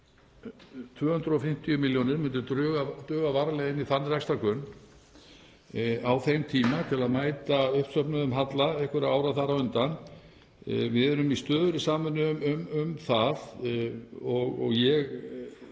250 milljónir myndu duga varanlega inn í þann rekstrargrunn á þeim tíma til að mæta uppsöfnuðum halla einhverra ára þar á undan. Við erum í stöðugri samvinnu um það og ég